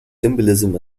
symbolism